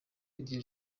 iryo